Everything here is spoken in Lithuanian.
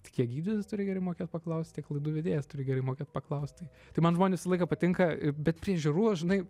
tai kiek gydytojas turi gerai mokėt paklaust tiek laidų vedėjas turi gerai mokėt paklaust tai tai man žmonės visą laiką patinka bet prie ežerų aš žinai